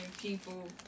people